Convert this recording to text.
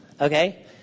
okay